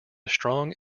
strong